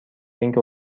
اینکه